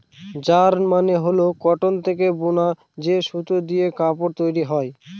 yarn মানে হল cotton থেকে বুনা যে সুতো দিয়ে কাপড় তৈরী হয়